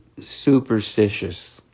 superstitious